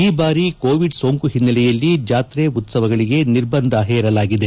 ಈ ಬಾರಿ ಕೊವಿಡ್ ಸೋಂಕು ಹಿನ್ನಲೆಯಲ್ಲಿ ಜಾತ್ರೆ ಉತ್ಸವಗಳಿಗೆ ನಿರ್ಬಂಧ ಹೇರಲಾಗಿದೆ